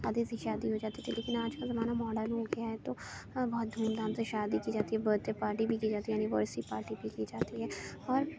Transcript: سادی سی شادی ہو جاتی تھی لیکن آج کا زمانہ ماڈن ہو گیا ہے تو بہت دھوم دھام سے شادی کی جاتی ہے برتھ ڈے پارٹی بھی کی جاتی ہے انیورسری پارٹی بھی کی جاتی ہے اور